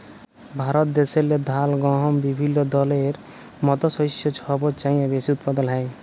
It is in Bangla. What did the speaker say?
ভারত দ্যাশেল্লে ধাল, গহম বিভিল্য দলের মত শস্য ছব চাঁয়ে বেশি উৎপাদল হ্যয়